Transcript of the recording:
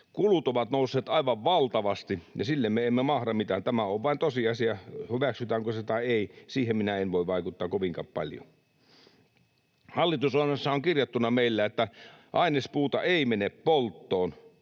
Kulut ovat nousseet aivan valtavasti, ja sille me emme mahda mitään. Tämä on vain tosiasia. Hyväksytäänkö se vai ei, siihen minä en voi vaikuttaa kovinkaan paljon. Hallitusohjelmassa meillä on kirjattuna, että ainespuuta ei mene polttoon.